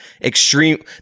extreme